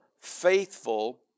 faithful